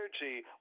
energy